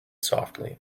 softly